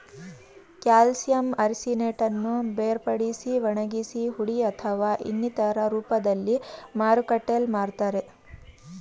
calcium ಆರ್ಸಿನೇಟನ್ನು ಬೇರ್ಪಡಿಸಿ ಒಣಗಿಸಿ ಹುಡಿ ಅಥವಾ ಇನ್ನಿತರ ರೂಪ್ದಲ್ಲಿ ಮಾರುಕಟ್ಟೆಲ್ ಮಾರ್ತರೆ